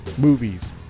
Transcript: movies